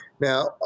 Now